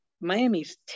Miami's